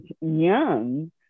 young